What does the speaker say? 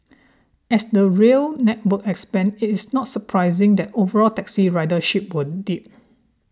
as the rail network expands it is not surprising that overall taxi ridership will dip